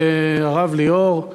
והרב ליאור,